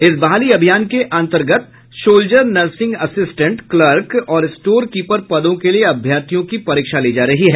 इस बहाली अभियान के अन्तर्गत सोल्जर नर्सिंग असिस्टेंट क्लर्क और स्टोर कीपर पदों के लिए अभ्यर्थियों की परीक्षा ली जा रही है